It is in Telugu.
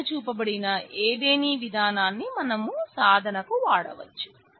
పైన చూపబడిన ఏదేని విధానాన్ని మనం సాధనకు వాడవచ్చు